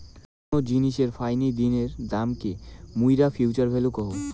কোন জিনিসের ফাইনি দিনের দামকে মুইরা ফিউচার ভ্যালু কহু